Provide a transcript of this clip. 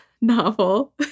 novel